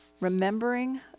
Remembering